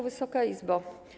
Wysoka Izbo!